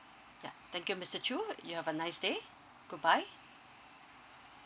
ya thank you mister choo you have a nice day good bye